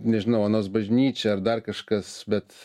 nežinau onos bažnyčia ar dar kažkas bet